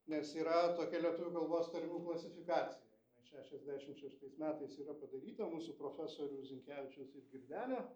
nes yra tokia lietuvių kalbos tarmių klasifikacija šešiasdešim šeštais metais yra padaryta mūsų profesorių zinkevičiaus ir girdenio